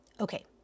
Okay